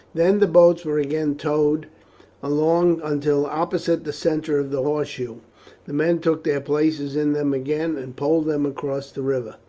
then the boats were again towed along until opposite the centre of the horseshoe the men took their places in them again and poled them across the river.